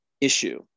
issue